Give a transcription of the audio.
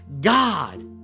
God